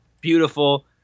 beautiful